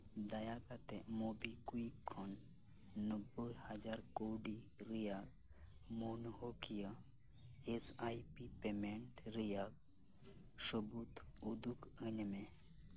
ᱫᱟᱭᱟ ᱠᱟᱛᱮᱜ MobiKwik ᱠᱷᱚᱱ ᱱᱚᱵᱵᱳᱭ ᱦᱟᱡᱟᱨ ᱠᱟᱹᱣᱰᱤ ᱨᱮᱭᱟᱜ ᱢᱟᱹᱱᱦᱟᱹᱠᱤᱭᱟᱹ ᱮᱥᱟᱭᱯᱤ ᱯᱮᱢᱮᱱᱴ ᱨᱮᱭᱟᱜ ᱥᱟᱹᱵᱩᱫ ᱩᱫᱩᱜ ᱟᱹᱧ ᱢᱮ